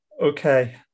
Okay